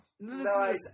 No